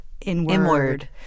inward